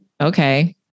okay